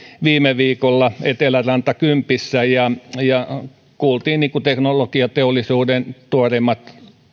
viime viikolla eteläranta kympissä ja ja kuultiin teknologiateollisuuden tuoreimmat